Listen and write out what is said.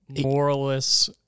moralist